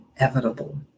inevitable